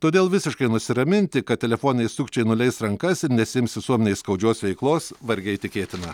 todėl visiškai nusiraminti kad telefoniai sukčiai nuleis rankas ir nesiims visuomenei skaudžios veiklos vargiai tikėtina